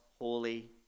holy